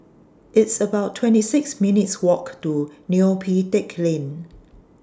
It's about twenty six minutes' Walk to Neo Pee Teck Lane